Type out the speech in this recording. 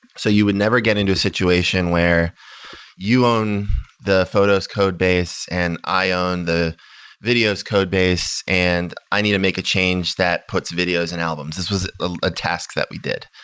so you would never get into a situation where you own the photos codebase and i ah own the videos codebase and i need to make a change that puts videos in albums. this was ah a task that we did.